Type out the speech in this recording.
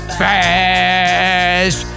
fast